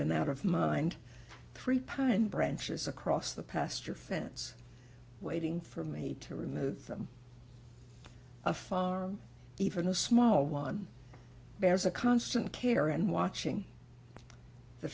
and out of mind three pine branches across the pasture fence waiting for me to remove them a farm even a small one bears a constant care and watching the